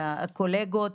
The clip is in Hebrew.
הקולגות,